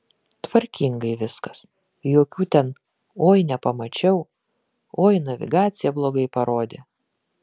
tvarkingai viskas jokių ten oi nepamačiau oi navigacija blogai parodė